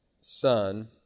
son